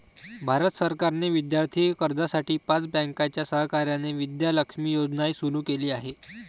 भारत सरकारने विद्यार्थी कर्जासाठी पाच बँकांच्या सहकार्याने विद्या लक्ष्मी योजनाही सुरू केली आहे